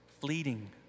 fleeting